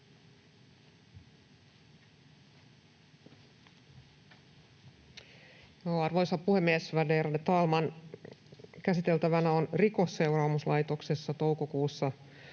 Arvoisa puhemies, värderade talman! Käsiteltävänä on Rikosseuraamuslaitoksessa toukokuussa